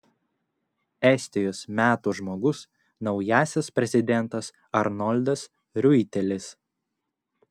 estijos metų žmogus naujasis prezidentas arnoldas riuitelis